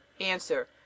Answer